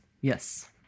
Yes